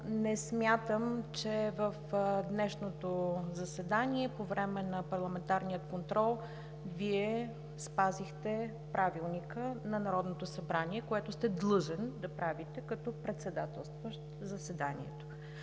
Не смятам обаче, че в днешното заседание по време на парламентарния контрол Вие спазихте Правилника на Народното събрание, което сте длъжен да правите като председателстващ заседанието.